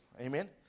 Amen